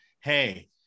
hey